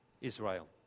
Israel